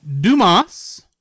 Dumas